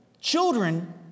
children